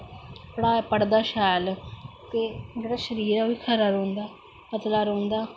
पढ़दा शैल ते जेह्ड़ा शरीर ऐ ओह् बी खरा रौंह्दा पतला रौंह्दा